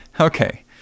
Okay